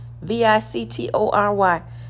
V-I-C-T-O-R-Y